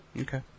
Okay